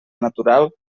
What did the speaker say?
natural